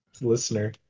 listener